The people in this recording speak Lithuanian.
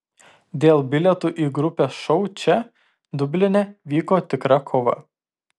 dėl bilietų į grupės šou čia dubline vyko tikra kova